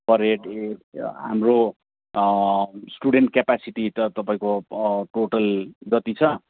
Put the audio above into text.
पर head ए हाम्रो student capacity त तपाईँको टोटल जति छ